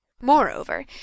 Moreover